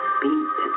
beat